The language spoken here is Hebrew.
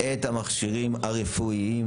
את המכשירים הרפואיים